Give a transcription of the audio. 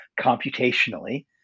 computationally